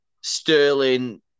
Sterling